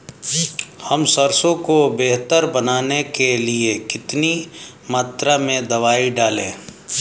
हम सरसों को बेहतर बनाने के लिए कितनी मात्रा में दवाई डालें?